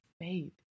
faith